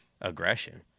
aggression